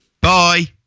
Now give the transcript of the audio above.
Bye